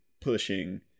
pushing